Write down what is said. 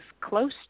close